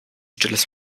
stilles